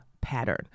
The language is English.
pattern